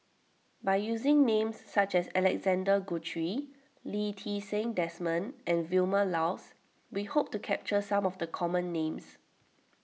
by using names such as Alexander Guthrie Lee Ti Seng Desmond and Vilma Laus we hope to capture some of the common names